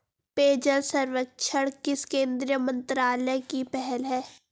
पेयजल सर्वेक्षण किस केंद्रीय मंत्रालय की पहल है?